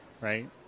Right